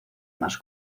más